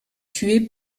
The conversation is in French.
tuer